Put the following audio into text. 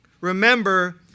Remember